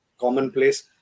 commonplace